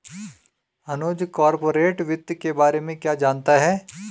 अनुज corporate वित्त के बारे में क्या जानता है?